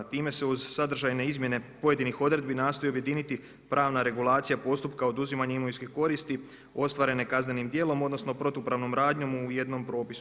Time se uz sadržajne izmjene pojedinih odredbi nastoji objediniti pravna regulacija postupka oduzimanja imovinske koristi ostvarene kaznenim djelom odnosno protupravnom radnom u jednom propisu.